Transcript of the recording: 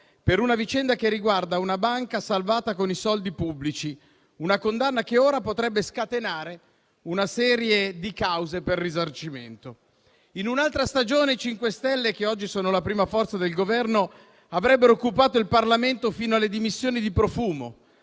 per una vicenda che riguarda una banca salvata con i soldi pubblici, una condanna che ora potrebbe scatenare una serie di cause per risarcimento. In un'altra stagione i 5 Stelle, che oggi sono la prima forza del Governo, avrebbero occupato il Parlamento fino alle dimissioni di Profumo;